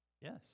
Yes